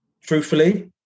truthfully